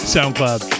SoundCloud